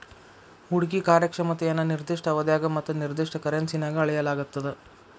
ಹೂಡ್ಕಿ ಕಾರ್ಯಕ್ಷಮತೆಯನ್ನ ನಿರ್ದಿಷ್ಟ ಅವಧ್ಯಾಗ ಮತ್ತ ನಿರ್ದಿಷ್ಟ ಕರೆನ್ಸಿನ್ಯಾಗ್ ಅಳೆಯಲಾಗ್ತದ